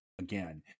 again